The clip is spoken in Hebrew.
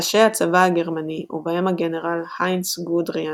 ראשי הצבא הגרמני, ובהם הגנרל היינץ גודריאן,